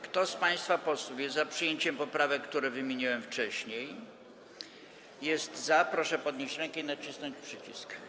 Kto z państwa posłów jest za przyjęciem poprawek, które wymieniłem wcześniej, proszę podnieść rękę i nacisnąć przycisk.